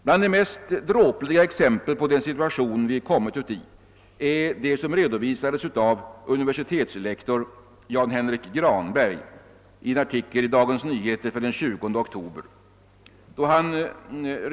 Bland de mest dråpliga exemplen på den situation vi kommit i är de som re dovisades av universitetslektor Jan Henrik Granberg i en artikel i Dagens Nyheter den 20 oktober.